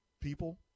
people